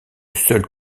seul